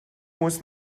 muss